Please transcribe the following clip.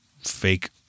fake